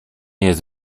jest